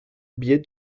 biais